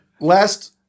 Last